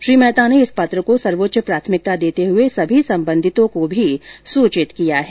श्री मेहता ने इस पत्र को सर्वोच्च प्राथमिकता देते हुए सभी सम्बन्धितों को भी सुचित किया है